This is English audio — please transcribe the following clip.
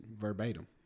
verbatim